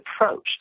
approached